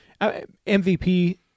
MVP